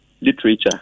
Literature